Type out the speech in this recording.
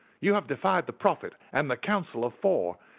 you have defied the prophet and the council of four.